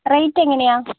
rate എങ്ങനെയാണ്